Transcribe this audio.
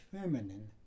feminine